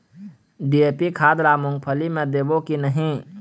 DAP खाद ला मुंगफली मे देबो की नहीं?